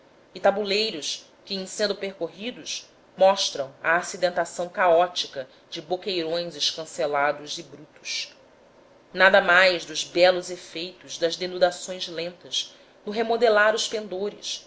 e tabuleiros que em sendo percorridos mostram a acidentação caótica de boqueirões escancelados e brutos nada mais dos belos efeitos das denudações lentas no remodelar os pendores